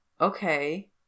okay